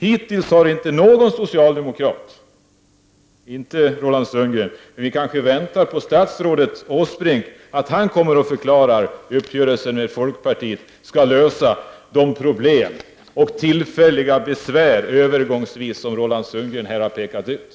Hittills har inte Roland Sundgren eller någon annan socialdemokrat förklarat — men statsrådet Åsbrink kanske förklarar hur uppgörelsen med folkpartiet skall lösa de problem och de tillfälliga övergångsbesvär, som Roland Sundgren här har pekat på.